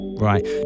Right